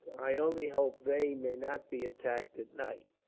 i only hope they may not be attacked at night.